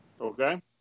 Okay